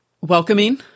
welcoming